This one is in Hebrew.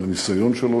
על הניסיון שלו,